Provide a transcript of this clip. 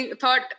thought